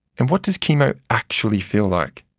and what does chemo actually feel like?